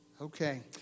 Okay